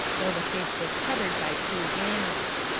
though the face was covered by two hands.